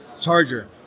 charger